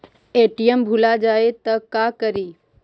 ATM भुला जाये त का करि?